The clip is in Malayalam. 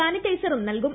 സാനിറ്റൈസറും നൽകും